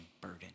burden